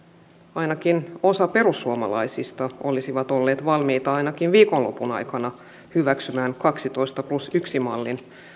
ainakin osa perussuomalaisista olisi ollut valmiita ainakin viikonlopun aikana hyväksymään kaksitoista plus yksi mallin